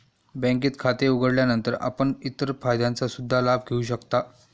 बँकेत खाते उघडल्यानंतर आपण इतर फायद्यांचा सुद्धा लाभ घेऊ शकता